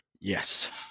Yes